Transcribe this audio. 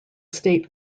state